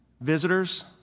Visitors